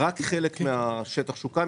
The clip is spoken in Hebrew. רק חלק מהשטח סוכם.